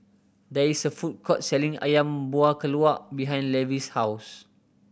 there is a food court selling Ayam Buah Keluak behind Levy's house